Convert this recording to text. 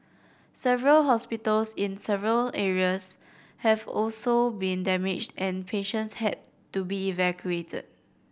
several hospitals in several areas have also been damaged and patients had to be evacuated